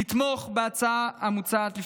לתמוך בהצעה המוצעת לפניכם.